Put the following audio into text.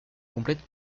complète